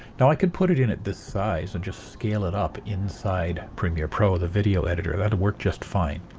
now i could put it in at this size and just scale it up inside premier pro, the video editor. that'd work just fine.